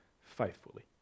faithfully